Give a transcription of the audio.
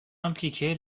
impliqué